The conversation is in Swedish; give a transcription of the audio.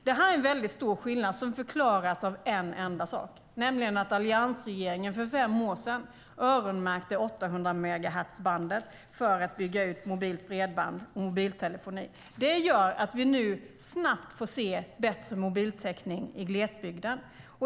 Det här är en väldigt stor skillnad som förklaras av en enda sak, nämligen att alliansregeringen för fem år sedan öronmärkte 800-megahertzbandet för att bygga ut mobilt bredband och mobiltelefoni. Det gör att vi nu snabbt får se bättre mobiltäckning i glesbygden.